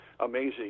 Amazing